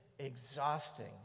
Exhausting